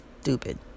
Stupid